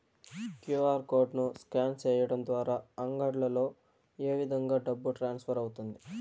QR code ను scan సేయడం ద్వారా అంగడ్లలో ఏ విధంగా డబ్బు ట్రాన్స్ఫర్ అవుతుంది